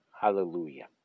Hallelujah